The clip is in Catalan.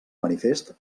manifest